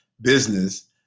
business